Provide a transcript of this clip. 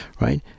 right